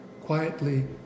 quietly